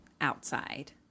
outside